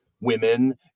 women